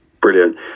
Brilliant